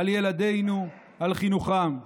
על ילדינו, על חינוכם.